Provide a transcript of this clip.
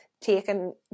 taken